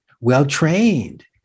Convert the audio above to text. well-trained